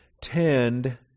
tend